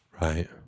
Right